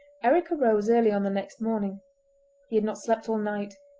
eric arose early on the next morning he had not slept all night,